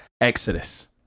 Exodus